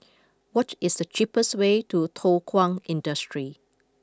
what is the cheapest way to Thow Kwang Industry